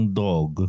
dog